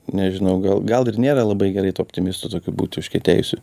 nežinau gal gal ir nėra labai gerai tuo optimistu tokiu būt užkietėjusiu